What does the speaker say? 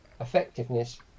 effectiveness